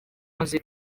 maze